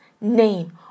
name